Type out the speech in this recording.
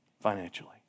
financially